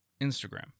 Instagram